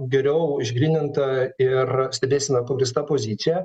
geriau išgryninta ir stebėsena pagrįsta pozicija